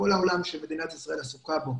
כל העולם שמדינת ישראל עסוקה בו.